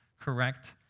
correct